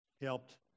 helped